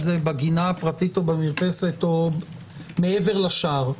זה בגינה הפרטית או במרפסת או מעבר לשער?